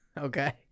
Okay